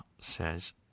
says